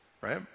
Right